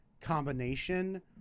combination